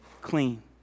clean